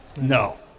No